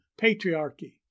patriarchy